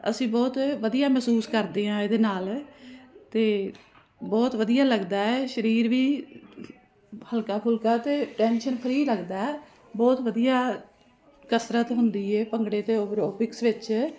ਅਸੀਂ ਬਹੁਤ ਵਧੀਆ ਮਹਿਸੂਸ ਕਰਦੇ ਹਾਂ ਇਹਦੇ ਨਾਲ ਅਤੇ ਬਹੁਤ ਵਧੀਆ ਲੱਗਦਾ ਹੈ ਸਰੀਰ ਵੀ ਹਲਕਾ ਫੁਲਕਾ ਅਤੇ ਟੈਂਸ਼ਨ ਫਰੀ ਲੱਗਦਾ ਬਹੁਤ ਵਧੀਆ ਕਸਰਤ ਹੁੰਦੀ ਹੈ ਭੰਗੜੇ ਅਤੇ ਅਰੋਬਿਕਸ ਵਿੱਚ